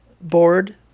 board